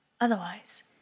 Otherwise